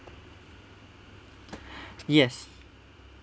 yes